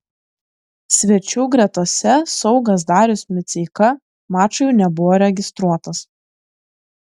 svečių gretose saugas darius miceika mačui nebuvo registruotas